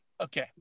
Okay